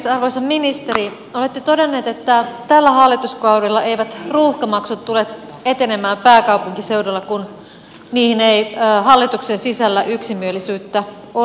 arvoisa ministeri olette todennut että tällä hallituskaudella eivät ruuhkamaksut tule etenemään pääkaupunkiseudulla kun niihin ei hallituksen sisällä yksimielisyyttä ole